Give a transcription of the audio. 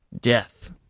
death